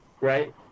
right